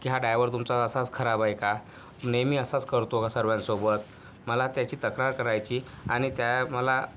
की हा डायवर तुमचा असाच खराब आहे का नेहमी असाच करतो का सर्वांसोबत मला त्याची तक्रार करायची आणि त्या मला